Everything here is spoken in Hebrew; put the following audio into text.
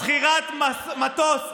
שכירת מטוס רגיל.